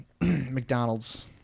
McDonald's